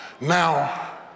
Now